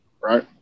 right